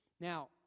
Now